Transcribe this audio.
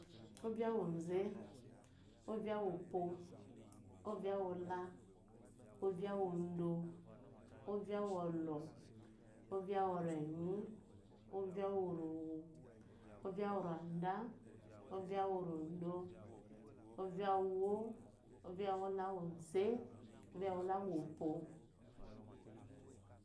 Ovya woze ovyawopwo ovyawola ovyawodo ovyamolo ovyaworenyi ovyarowo ovyaworade, ovyaworodo ovyawumo, ovyawuwo leze, ovyawuwo